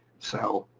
so